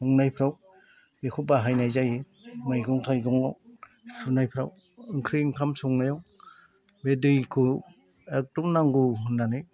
संनायफ्राव बेखौ बाहायनाय जायो मैगं थाइगं आव सुनायफ्राव ओंख्रि ओंखाम संनायाव बे दैखौ एखदम नांगौ होननानै